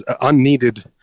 unneeded